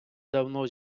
давно